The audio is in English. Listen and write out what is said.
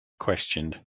questioned